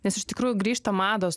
nes iš tikrųjų grįžta mados